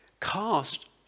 Cast